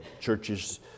churches